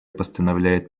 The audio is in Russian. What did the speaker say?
постановляет